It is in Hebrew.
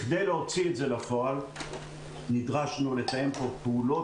כדי להוציא את זה לפועל נדרשנו לתאם פעולות